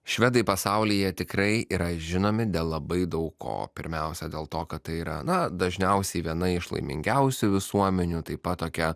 švedai pasaulyje tikrai yra žinomi dėl labai daug ko pirmiausia dėl to kad tai yra na dažniausiai viena iš laimingiausių visuomenių taip pat tokia